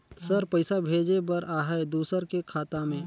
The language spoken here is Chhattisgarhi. सर पइसा भेजे बर आहाय दुसर के खाता मे?